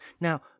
Now